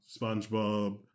SpongeBob